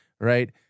right